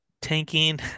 Tanking